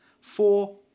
Four